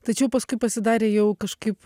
tačiau paskui pasidarė jau kažkaip